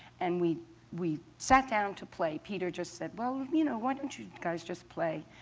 and we we sat down to play. peter just said, well, you know why don't you guys just play.